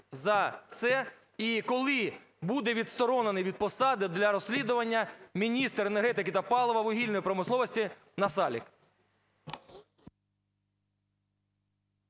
за це? І коли буде відсторонений від посади для розслідування міністр енергетики та палива, вугільної промисловості Насалик?